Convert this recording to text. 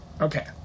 Okay